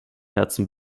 herzen